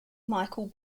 michael